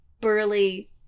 burly